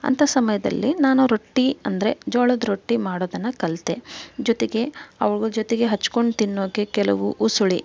ಅಂಥ ಸಮಯದಲ್ಲಿ ನಾನು ರೊಟ್ಟಿ ಅಂದರೆ ಜೋಳದ ರೊಟ್ಟಿ ಮಾಡೋದನ್ನು ಕಲಿತೆ ಜೊತೆಗೆ ಅವುಗಳ ಜೊತೆಗೆ ಹಚ್ಕೊಂಡು ತಿನ್ನೋಕೆ ಕೆಲವು ಉಸುಳಿ